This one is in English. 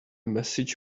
messages